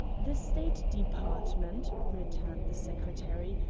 the state department, returned the secretary,